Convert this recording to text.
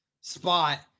spot